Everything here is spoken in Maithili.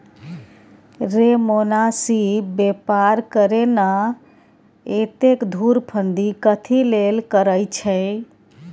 रे मोनासिब बेपार करे ना, एतेक धुरफंदी कथी लेल करय छैं?